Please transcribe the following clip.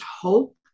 hope